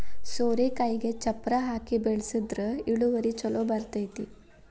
ಸೋರೆಕಾಯಿಗೆ ಚಪ್ಪರಾ ಹಾಕಿ ಬೆಳ್ಸದ್ರ ಇಳುವರಿ ಛಲೋ ಬರ್ತೈತಿ